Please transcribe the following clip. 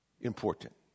important